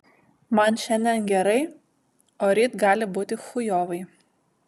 man šiandien gerai o ryt gali būti chujovai